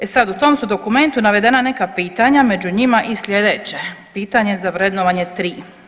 E sad u tom su dokumentu navedena neka pitanja, među njima i sljedeće, pitanje za vrednovanje tri.